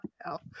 hell